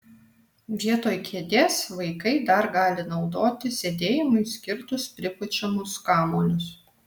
vietoj kėdės vaikai dar gali naudoti sėdėjimui skirtus pripučiamus kamuolius